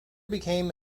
became